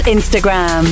Instagram